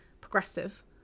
progressive